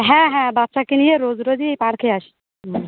হ্যাঁ হ্যাঁ বাচ্চাকে নিয়ে রোজ রোজই এই পার্কে আসি হুম